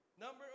number